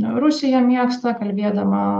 rusija mėgsta kalbėdama